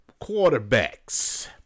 quarterbacks